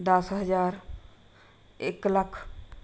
ਦਸ ਹਜ਼ਾਰ ਇੱਕ ਲੱਖ